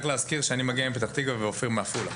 רק להזכיר שאני מגיע מפתח תקווה ואופיר מגיע מעפולה.